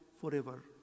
forever